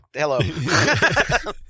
Hello